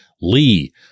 Lee